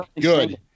good